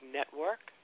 Network